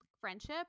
Friendship